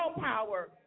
power